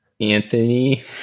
Anthony